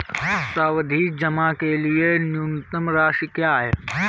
सावधि जमा के लिए न्यूनतम राशि क्या है?